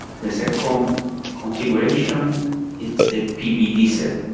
the second configuration is the pv diesel.